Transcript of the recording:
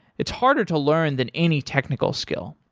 it's harder to learn than any technical skill.